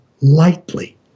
lightly